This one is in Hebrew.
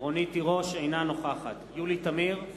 אינה נוכחת יולי תמיר,